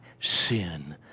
sin